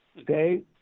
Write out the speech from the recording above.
okay